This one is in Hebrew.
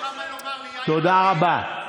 תודה רבה.